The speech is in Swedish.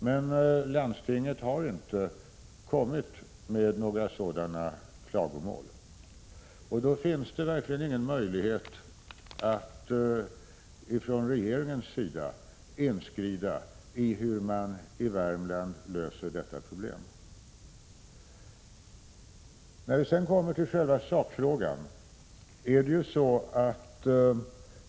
Men landstinget har inte kommit med några sådana klagomål, och då finns det verkligen ingen möjlighet att från regeringens sida inskrida i hur man i Värmland löser detta problem. Sedan går jag till själva sakfrågan.